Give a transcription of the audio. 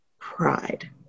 pride